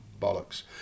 bollocks